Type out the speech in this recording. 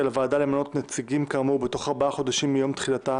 על הוועדה למנות נציגים כאמור בתוך ארבעה חודשים מיום תחילתה